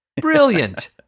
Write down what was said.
brilliant